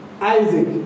Isaac